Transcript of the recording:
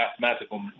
mathematical